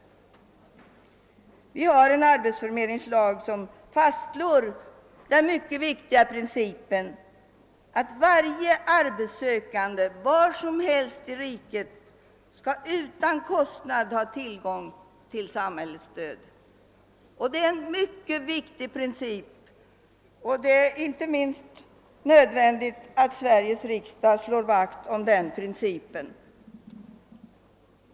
Vi har en arbetsförmedlingslag, som fastslår den mycket viktiga principen att varje arbetssökande var som helst i riket utan kostnad skall ha tillgång till samhällets stöd. Det är en mycket viktig princip, och det är inte minst nödvändigt att Sveriges riksdag slår vakt om den principen.